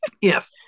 Yes